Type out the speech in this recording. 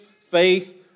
faith